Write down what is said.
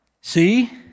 See